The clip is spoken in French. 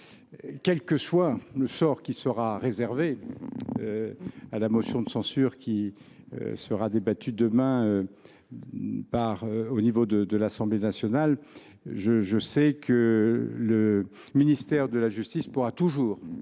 Quel que soit le sort qui sera réservé à la motion de censure qui sera débattue demain à l’Assemblée nationale, je sais que le ministère de la justice pourra toujours